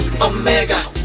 Omega